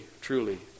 truly